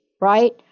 Right